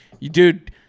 dude